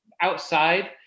outside